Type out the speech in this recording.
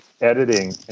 editing